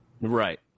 Right